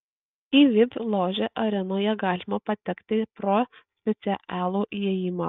į vip ložę arenoje galima patekti pro specialų įėjimą